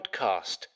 podcast